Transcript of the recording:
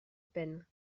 peine